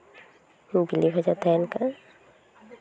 ᱵᱤᱞᱤ ᱵᱷᱟᱡᱟ ᱛᱟᱦᱮᱱ ᱠᱟᱱᱟ